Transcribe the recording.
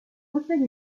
possède